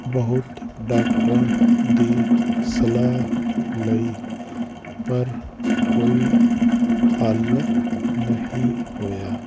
ਬਹੁਤ ਡਾਕਟਰਾਂ ਦੀ ਸਲਾਹ ਲਈ ਪਰ ਕੋਈ ਹੱਲ ਨਹੀਂ ਹੋਇਆ